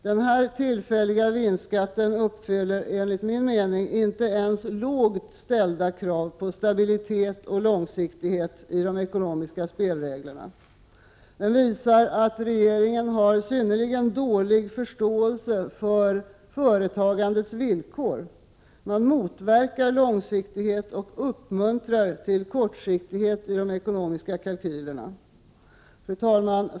Den här tillfälliga vinstskatten uppfyller enligt min mening inte ens lågt ställda krav på stabilitet och långsiktighet i de ekonomiska spelreglerna. Den visar att regeringen har synnerligen dålig förståelse för företagandets villkor. Man motverkar långsiktighet och uppmuntrar till kortsiktighet i de ekonomiska kalkylerna. Fru talman!